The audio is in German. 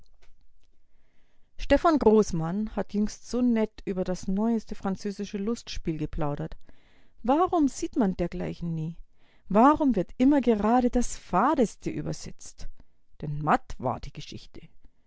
attackiert stephan großmann hat jüngst so nett über das neueste französische lustspiel geplaudert warum sieht man dergleichen nie warum wird immer gerade das fadeste übersetzt denn matt war die geschichte